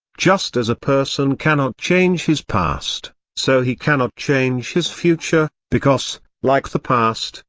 just as a person cannot change his past, so he cannot change his future, because, like the past,